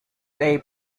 day